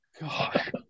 God